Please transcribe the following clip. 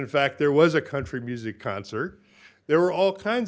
in fact there was a country music concert there were all kinds